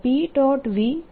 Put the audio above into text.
vJ છે